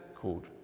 called